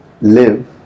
live